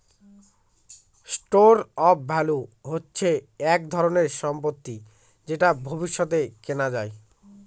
store of value হচ্ছে এক ধরনের সম্পত্তি যেটা ভবিষ্যতে কেনা যায়